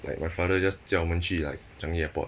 like my father just 驾我们去 like changi airport